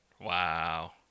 Wow